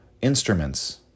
instruments